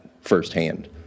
firsthand